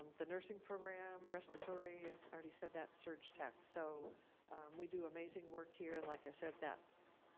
um the nursing program, respiratory, i already said that, surg tech. so we do amazing work here, and like i said, that